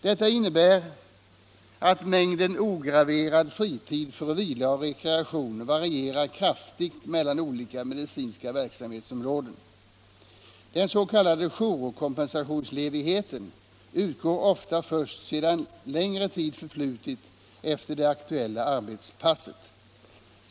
Detta innebär att mängden ograverad fritid för vila och rekreation varierar kraftigt mellan olika medicinska verksamhetområden. Den s.k. jourkompensationsledigheten utgår ofta först sedan längre tid förflutit efter det aktuella arbetspasset.